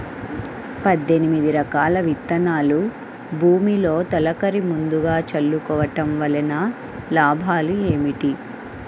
పద్దెనిమిది రకాల విత్తనాలు భూమిలో తొలకరి ముందుగా చల్లుకోవటం వలన లాభాలు ఏమిటి?